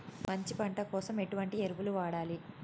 మంచి పంట కోసం ఎటువంటి ఎరువులు వాడాలి?